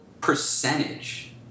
percentage